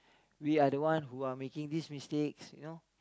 we are the one who are making these mistakes you know